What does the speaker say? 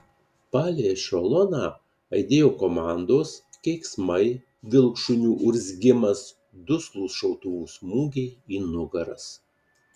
palei ešeloną aidėjo komandos keiksmai vilkšunių urzgimas duslūs šautuvų smūgiai į nugaras